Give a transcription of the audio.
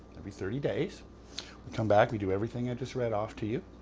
every thirty days. we come back, we do everything i just read off to you.